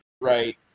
right